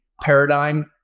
Paradigm